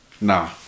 Nah